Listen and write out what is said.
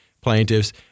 plaintiffs